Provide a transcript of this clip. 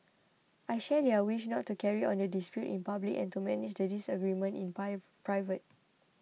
I share their wish not to carry on the dispute in public and to manage the disagreement in private